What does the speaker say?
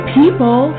people